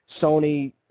Sony